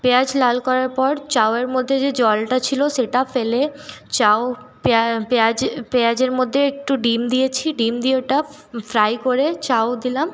পেঁয়াজ লাল করার পর চাউয়ের মধ্যে যেই জলটা ছিল সেটা ফেলে চাউ পেঁয়াজের মধ্যে একটু ডিম দিয়েছি ডিম দিয়ে ওটা ফ্রাই করে চাউ দিলাম